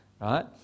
right